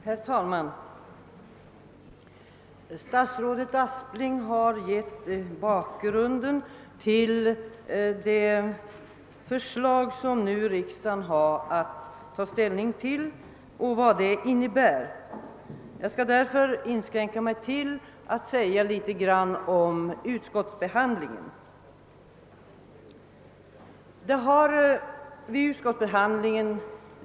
Herr talman! Statsrådet Aspling har redogjort för bakgrunden till det förslag som riksdagen nu har att ta ställning till och vad det innebär. Jag skall därför inskränka mig till att säga något om utskottsbehandlingen.